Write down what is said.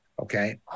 okay